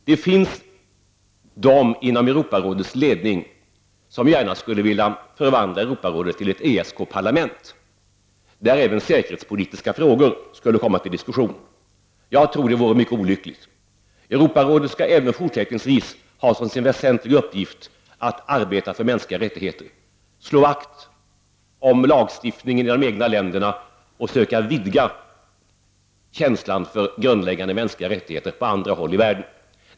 Det finns de inom Europarådets ledning som gärna skulle vilja förvandla Europarådet till ett ESK-parlament, där även säkerhetspolitiska frågor skulle diskuteras. Jag tror att det vore mycket olyckligt. Europarådet skall även fortsättningsvis ha som sin väsentliga uppgift att arbeta för mänskliga rättigheter, slå vakt om lagstiftningen i de egna länderna och söka vidga känslan för grundläggande mänskliga rättigheter på andra håll i världen.